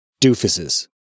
doofuses